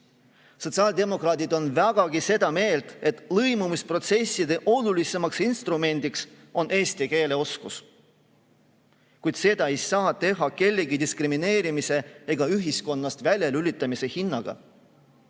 Sotsiaaldemokraadid on vägagi seda meelt, et lõimumisprotsesside olulisim instrument on eesti keele oskus. Kuid seda ei saa teha kellegi diskrimineerimise ja ühiskonnast väljalülitamise hinnaga.